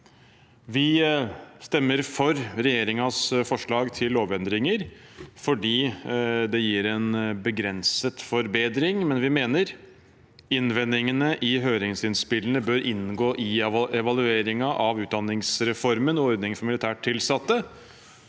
Vi stemmer for regjeringens forslag til lovendringer fordi det gir en begrenset forbedring, men vi mener innvendingene i høringsinnspillene bør inngå i evalueringen av utdanningsreformen og ordningen for militært tilsatte,